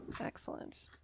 excellent